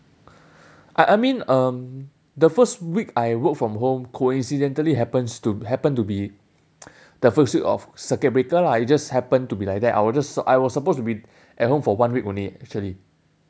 I I mean um the first week I work from home coincidentally happens to happen to be the first week of circuit breaker lah it just happen to be like that I was just I was supposed to be at home for one week only actually